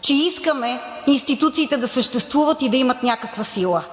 че искаме институциите да съществуват и да имат някаква сила.